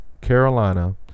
Carolina